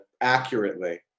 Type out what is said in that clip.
accurately